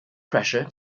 pressure